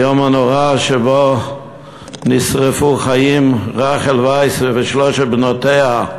היום הנורא שבו נשרפו חיים רחל וייס ושלושת ילדיה,